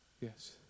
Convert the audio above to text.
yes